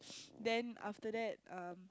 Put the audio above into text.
then after that um